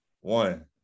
One